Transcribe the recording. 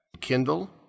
Kindle